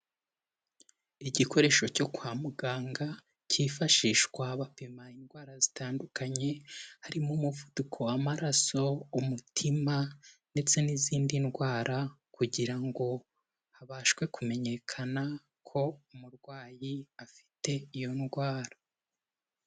Igikoresho cyo kwa muganga cyifashishwa bapima indwara zitandukanye, harimo umuvuduko w'amaraso, umutima ndetse n'izindi ndwara, kugira ngo habashe kumenyekana ko umurwayi afite iyo ndwara.